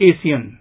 Asian